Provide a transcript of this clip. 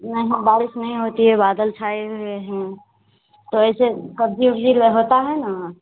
नहीं बारिश नहीं होती है बादल छाए हुए हैं तो ऐसे होता है ना